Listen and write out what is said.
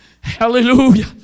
Hallelujah